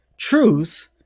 truth